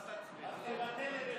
אז תבטל את זה